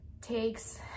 takes